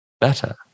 better